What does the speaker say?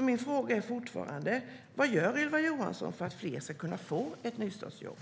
Min fråga är fortfarande: Vad gör Ylva Johansson för att fler ska kunna få ett nystartsjobb?